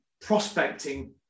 prospecting